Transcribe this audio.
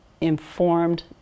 informed